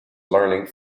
learning